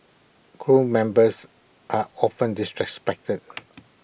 crew members are often disrespected